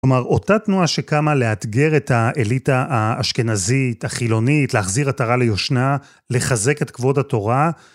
כלומר, אותה תנועה שקמה לאתגר את האליטה האשכנזית, החילונית, להחזיר את עטרה ליושנה, לחזק את כבוד התורה,